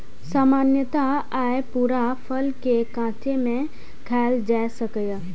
सामान्यतः अय पूरा फल कें कांचे मे खायल जा सकैए